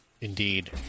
Indeed